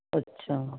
ਅੱਛਾ